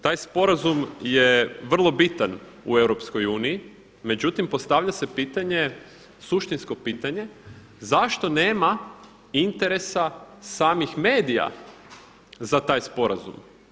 Taj sporazum je vrlo bitan u EU, međutim postavlja se pitanje, suštinsko pitanje zašto nema interesa samih medija za taj sporazum.